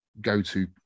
go-to